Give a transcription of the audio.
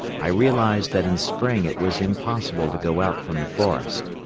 i realized that in spring it was impossible to go out from the forest.